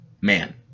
man